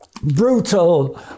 brutal